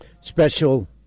special